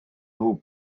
nhw